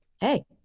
hey